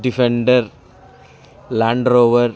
defender Land Rover